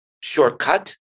shortcut